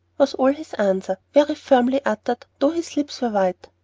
was all his answer, very firmly uttered, though his lips were white.